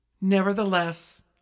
Nevertheless